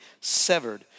severed